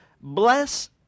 Bless